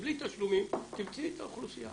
בלי תשלומים, תמצאי את האוכלוסייה